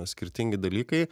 skirtingi dalykai